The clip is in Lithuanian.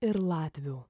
ir latvių